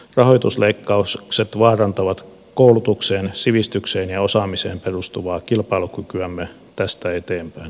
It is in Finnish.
rahoitusleikkaukset vaarantavat koulutukseen sivistykseen ja osaamiseen perustuvaa kilpailukykyämme tästä eteenpäin